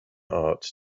art